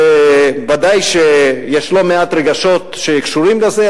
וודאי שיש לא מעט רגשות שקשורים לזה,